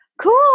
Cool